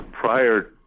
prior